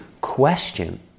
question